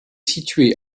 située